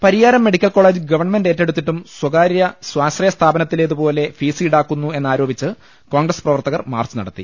Pariyaram medical college government ഏറ്റെടുത്തിട്ടും സ്വകാര്യ സ്വാശ്രയ സ്ഥാപനത്തിലേതുപോലെ ഫീസ് ഈടാക്കു ന്നു എന്ന് ആരോപിച്ച് കോൺഗ്രസ് പ്രവർത്തകർ മാർച്ച് നടത്തി